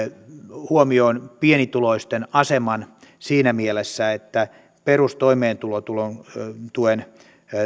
huomioon pienituloisten aseman siinä mielessä että perustoimeentulotuen